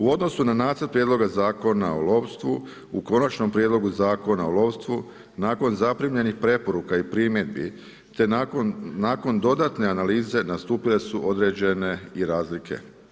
U odnosu na nacrt Prijedloga Zakona o lovstvu u konačnom prijedlogu Zakona o lovstvu, nakon zaprimanih preporuka i primjedbi, te nakon dodatne analize nastupile su određene i razlike.